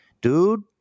dude